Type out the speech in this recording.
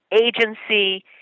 agency